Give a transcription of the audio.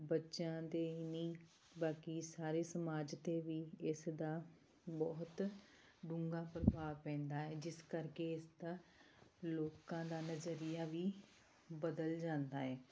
ਬੱਚਿਆਂ ਦੇ ਹੀ ਨਹੀਂ ਬਾਕੀ ਸਾਰੇ ਸਮਾਜ 'ਤੇ ਵੀ ਇਸ ਦਾ ਬਹੁਤ ਡੂੰਘਾ ਪ੍ਰਭਾਵ ਪੈਂਦਾ ਹੈ ਜਿਸ ਕਰਕੇ ਇਸਦਾ ਲੋਕਾਂ ਦਾ ਨਜ਼ਰੀਆ ਵੀ ਬਦਲ ਜਾਂਦਾ ਹੈ